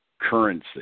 currency